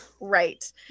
right